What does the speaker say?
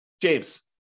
James